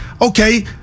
okay